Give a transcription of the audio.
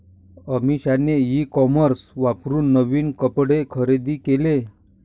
अमिषाने e commerce वापरून नवीन कपडे खरेदी केले